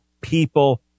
people